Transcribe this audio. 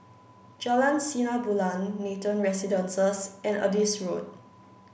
Jalan Sinar Bulan Nathan Residences and Adis Road